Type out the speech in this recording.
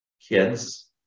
kids